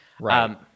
Right